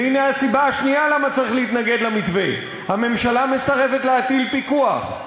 והנה הסיבה השנייה למה צריך להתנגד למתווה: הממשלה מסרבת להטיל פיקוח.